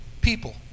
people